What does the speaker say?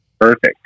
Perfect